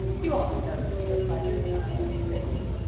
you ought to know, peter, by this time, said he,